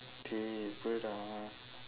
okay